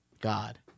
God